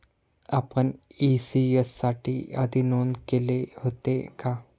आपण इ.सी.एस साठी आधी नोंद केले होते का?